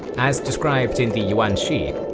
as described in the yuan shi,